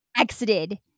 exited